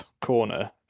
corner